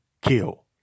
kill